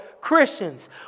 Christians